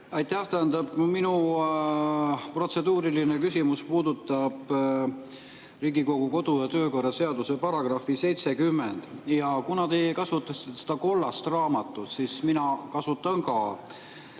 Aitäh! Tähendab, minu protseduuriline küsimus puudutab Riigikogu kodu- ja töökorra seaduse § 70. Kuna teie kasutasite seda kollast raamatut, siis mina kasutan ka.